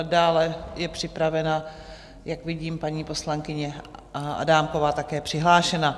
Dále je připravena, jak vidím, paní poslankyně Adámková, také je přihlášena.